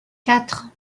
quatre